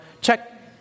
check